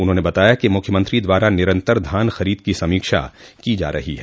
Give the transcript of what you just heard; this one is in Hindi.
उन्होंने बताया कि मुख्यमंत्री द्वारा निरंतर धान खरीद की समीक्षा की जा रही है